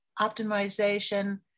optimization